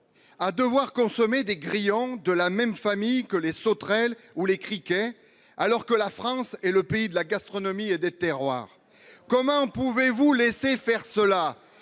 À devoir consommer des grillons. De la même famille que les sauterelles ou les criquets, alors que la France est le pays de la gastronomie et des terroirs. Comment pouvez-vous laisser faire cela